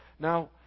Now